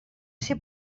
ser